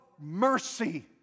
mercy